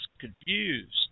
confused